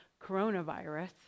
coronavirus